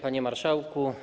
Panie Marszałku!